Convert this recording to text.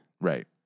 Right